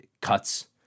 cuts